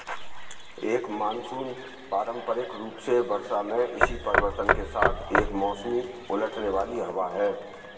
एक मानसून पारंपरिक रूप से वर्षा में इसी परिवर्तन के साथ एक मौसमी उलटने वाली हवा है